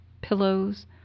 pillows